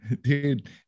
Dude